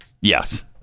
Yes